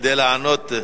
כדי לענות.